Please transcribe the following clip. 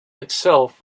itself